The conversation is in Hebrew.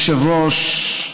אדוני היושב-ראש,